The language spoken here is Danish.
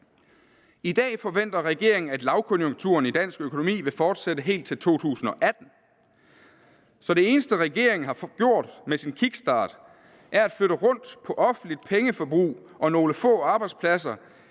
I dag forventer regeringen, at lavkonjunkturen i dansk økonomi vil fortsætte helt til 2018. Så det eneste, regeringen har gjort med sin kickstart, er at flytte rundt på offentligt pengeforbrug og nogle få arbejdspladser